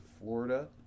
Florida